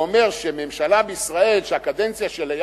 ואומר שממשלה בישראל שהקדנציה שלה היא